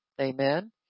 Amen